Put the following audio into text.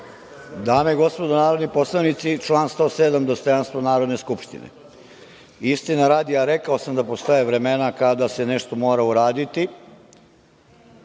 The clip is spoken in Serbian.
Dame i gospodo narodni poslanici, član 107. dostojanstvo Narodne skupštine. Istine radi, a rekao sam da postoje vremena kada se nešto mora uraditi,